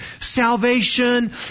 salvation